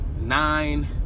nine